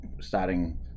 starting